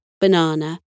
banana